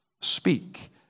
Speak